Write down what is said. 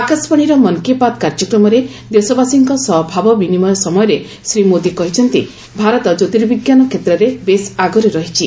ଆକାଶବାଣୀର ମନ୍ କୀ ବାତ୍ କାର୍ଯ୍ୟକ୍ରମରେ ଦେଶବାସୀଙ୍କ ସହ ଭାବ ବିନିମୟ ସମୟରେ ଶ୍ରୀ ମୋଦି କହିଛନ୍ତି ଭାରତ କ୍ୟୋତିର୍ବିଜ୍ଞାନ କ୍ଷେତ୍ରରେ ବେଶ୍ ଆଗରେ ରହିଛି